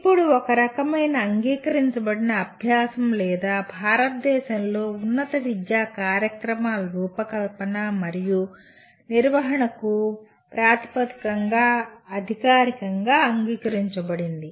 ఇప్పుడు ఇది ఒక రకమైన అంగీకరించబడిన అభ్యాసం లేదా భారతదేశంలో ఉన్నత విద్యా కార్యక్రమాల రూపకల్పన మరియు నిర్వహణకు ప్రాతిపదికగా అధికారికంగా అంగీకరించబడింది